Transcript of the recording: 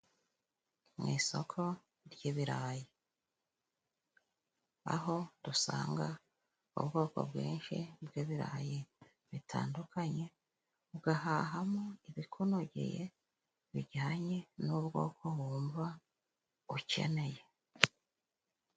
Mu isoko ry'ibirayi, aho dusanga ubwoko bwinshi bw'ibirayi bitandukanye, ugahahamo ibikunogeye bijyanye n'ubwoko wumva ukeneye.